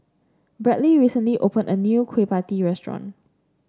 Bradley recently opened a new Kueh Pie Tee restaurant